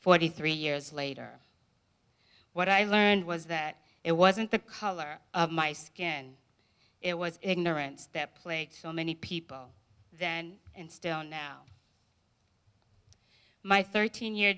forty three years later what i learned was that it wasn't the color of my skin it was ignorance that played so many people then and still now my thirteen year